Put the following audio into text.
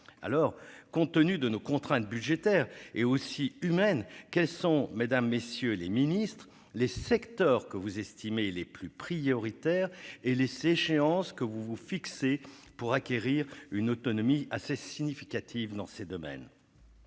élevés. Compte tenu de nos contraintes budgétaires et humaines, quels sont, mesdames, messieurs les ministres, les secteurs que vous considérez comme prioritaires et les échéances que vous vous fixez pour acquérir une autonomie assez significative dans les domaines